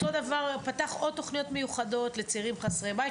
אותו דבר פתח עוד תוכניות מיוחדות לצעירים חסרי בית,